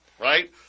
right